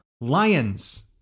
Lions